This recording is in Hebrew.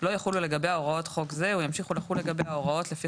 לא יחולו לגביה הוראות חוק זה וימשיכו לחול לגביה ההוראות לפי